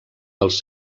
dels